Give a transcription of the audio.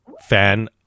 fan